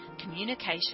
communication